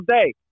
day